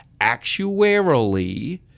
actuarially